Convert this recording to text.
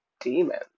demon